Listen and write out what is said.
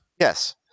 Yes